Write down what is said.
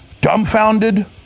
dumbfounded